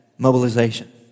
Mobilization